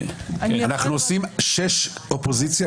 למעשה היום הזה וההחלטה שבעזרת השם נקבל כאן,